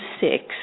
six